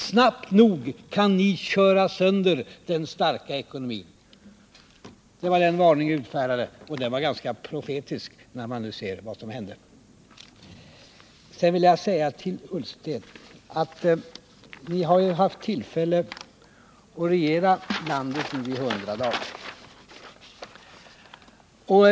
Snabbt nog kan ni köra sönder den starka ekonomin.” Detta var den varning jag utfärdade, och när man nu ser vad som hände kan man konstatera att den var ganska profetisk. Sedan till herr Ullsten. Ni har ju haft tillfälle att regera landet i hundra dagar.